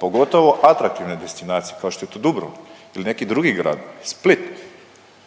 Pogotovo atraktivne destinacije, kao što je to Dubrovnik ili neki drugi grad, Split.